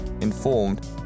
informed